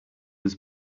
was